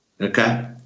okay